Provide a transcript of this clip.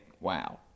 wow